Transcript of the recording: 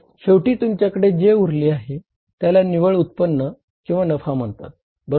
तर शेवटी तुमच्याकडे जे उरले आहे त्याला निव्वळ उत्पन्न नफा म्हणतात बरोबर